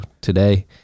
today